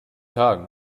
hagen